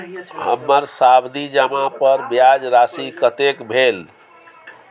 हमर सावधि जमा पर ब्याज राशि कतेक भेल?